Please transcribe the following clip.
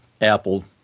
Apple